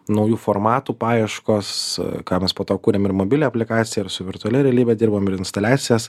naujų formatų paieškos ką mes po to kūrėm ir mobilią aplikaciją ir su virtualia realybe dirbom ir instaliacijas